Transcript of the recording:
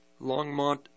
Longmont